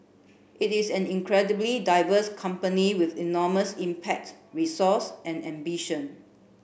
it is an incredibly diverse company with enormous impact resource and ambition